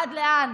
עד לאן?